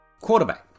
Quarterback